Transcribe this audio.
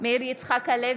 מאיר יצחק-הלוי,